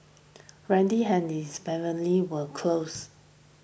randy and his family were close